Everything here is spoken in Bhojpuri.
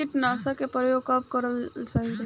कीटनाशक के प्रयोग कब कराल सही रही?